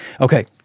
Okay